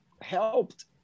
helped